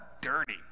dirty